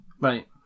Right